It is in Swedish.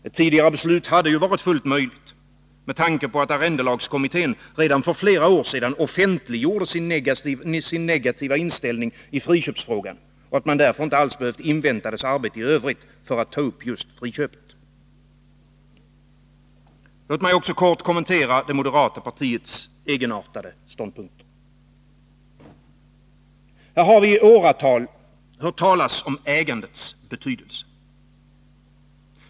Ett tidigare beslut hade varit fullt möjligt med tanke på att arrendelagskommittén redan för flera år sedan offentliggjorde sin negativa inställning i friköpsfrågan och man därför inte alls hade behövt invänta dess arbete i övrigt för att ta upp just friköpet. Låt mig också kort kommentera det moderata partiets egenartade ståndpunkter. Här har vi i åratal hört talas om ägandets betydelse.